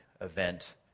event